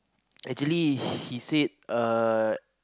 actually he said err